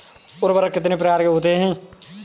उर्वरक कितने प्रकार के होते हैं?